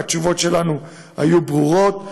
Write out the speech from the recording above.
והתשובות שלנו היו ברורות.